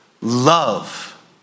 Love